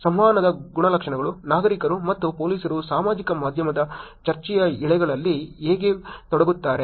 ಸಂವಹನದ ಗುಣಲಕ್ಷಣಗಳು ನಾಗರಿಕರು ಮತ್ತು ಪೊಲೀಸರು ಸಾಮಾಜಿಕ ಮಾಧ್ಯಮ ಚರ್ಚೆಯ ಎಳೆಗಳಲ್ಲಿ ಹೇಗೆ ತೊಡಗುತ್ತಾರೆ